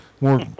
more